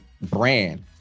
brand